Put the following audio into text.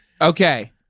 Okay